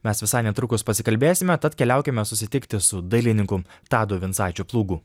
mes visai netrukus pasikalbėsime tad keliaukime susitikti su dailininku tadu vincaičiu plūgu